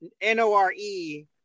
N-O-R-E